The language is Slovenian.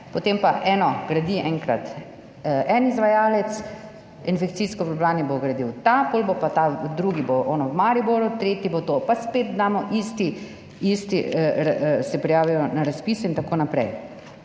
potem pa eno gradi enkrat en izvajalec, infekcijsko v Ljubljani bo gradil ta, potem bo pa drugi ono v Mariboru, tretji bo to, pa spet damo, isti se prijavijo na razpise in tako naprej.